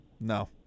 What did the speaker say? No